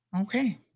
okay